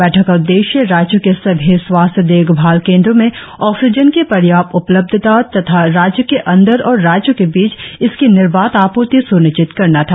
बैठक का उद्देश्य राज्यों के सभी स्वास्थ्य देखभाल केन्द्रों में ऑक्सीजन की पर्याप्त उपलब्धता तधा राज्य के अंदर और राज्यों के बीच इसकी निर्बाध आपूर्ति स्निश्चित करना था